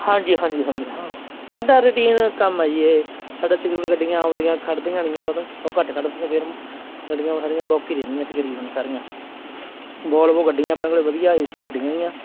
ਹਾਂਜੀ ਹਾਂਜੀ ਹਾਂਜੀ ਹਾਂ ਸਾਡਾ ਰੂਟੀਨ ਕੰਮ ਆ ਜੀ ਇਹ ਸਾਡਾ ਤਕਰੀਬਨ ਗੱਡੀਆਂ ਆਉਂਦੀਆਂ ਖੜ੍ਹਦੀਆਂ ਉਹ ਘੱਟ ਖੜ੍ਹਦੀਆਂ ਫਿਰ ਗੱਡੀਆਂ ਸਾਰੀਆਂ ਬੁੱਕ ਹੀ ਰਹਿੰਦੀਆਂ ਤਕਰੀਬਨ ਸਾਰੀਆਂ ਵੋਲਵੋ ਗੱਡੀਆਂ ਆਪਣੇ ਕੋਲ ਵਧੀਆ ਏ ਸੀ ਗੱਡੀਆਂ ਹੀ ਆ